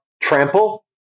trample